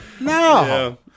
No